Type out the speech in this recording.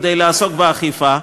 כדי לעסוק באכיפה.